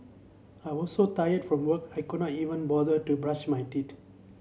I was so tired from work I could not even bother to brush my teeth